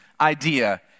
idea